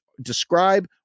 describe